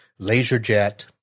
LaserJet